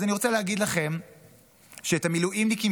אז אני רוצה להגיד לכם שאת המילואימניקים